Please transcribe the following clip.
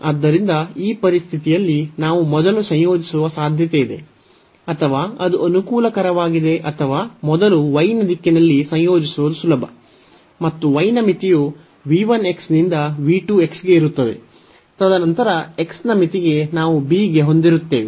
ಆದ್ದರಿಂದ ಈ ಪರಿಸ್ಥಿತಿಯಲ್ಲಿ ನಾವು ಮೊದಲು ಸಂಯೋಜಿಸುವ ಸಾಧ್ಯತೆಯಿದೆ ಅಥವಾ ಅದು ಅನುಕೂಲಕರವಾಗಿದೆ ಅಥವಾ ಮೊದಲು y ನ ದಿಕ್ಕಿನಲ್ಲಿ ಸಂಯೋಜಿಸುವುದು ಸುಲಭ ಮತ್ತು y ನ ಮಿತಿಯು v 1 ನಿಂದ ಈ v 2 ಗೆ ಇರುತ್ತದೆ ತದನಂತರ x ನ ಮಿತಿಗೆ ನಾವು b ಗೆ ಹೊಂದಿರುತ್ತೇವೆ